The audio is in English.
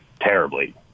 terribly